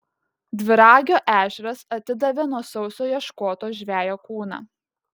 dviragio ežeras atidavė nuo sausio ieškoto žvejo kūną